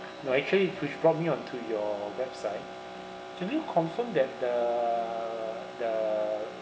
no actually which brought me on to your website can I confirm that the the